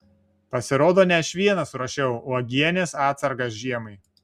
pasirodo ne aš vienas ruošiau uogienės atsargas žiemai